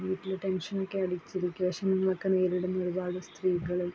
വീട്ടിൽ ടെൻഷനൊക്കെ അടിച്ചിരിക്കുമ്പോൾ വിഷമങ്ങളൊക്കെ നേരിടുന്ന ഒരുപാട് സ്ത്രീകൾ